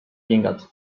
kingad